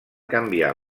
canviar